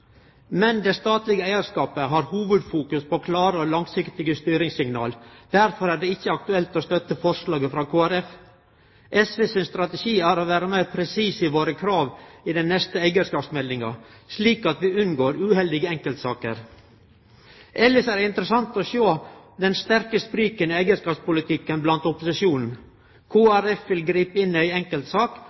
Men det statlege eigarskapet har i hovudfokus klare og langsiktige styringssignal. Derfor er det ikkje aktuelt å støtte forslaget frå Kristeleg Folkeparti. SV sin strategi er å vere meir presis i våre krav i den neste eigarskapsmeldinga, slik at vi unngår uheldige enkeltsaker. Elles er det interessant å sjå den store spriken i eigarskapspolitikken blant opposisjonen. Kristeleg Folkeparti vil gripe inn i ei